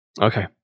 Okay